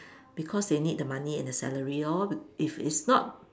because they need the money and the salary lor if it's not